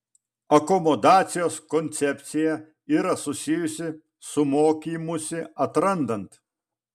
akomodacijos koncepcija yra susijusi su mokymusi atrandant